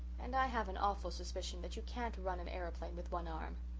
and i have an awful suspicion that you can't run an aeroplane with one arm.